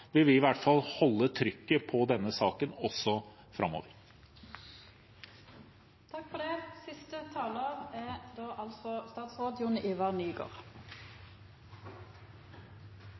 vil i hvert fall vi holde trykket oppe på denne saken også framover. Jeg vil takke for